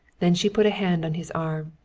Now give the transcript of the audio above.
then she put a hand on his arm.